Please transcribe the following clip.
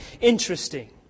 interesting